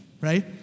Right